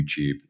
YouTube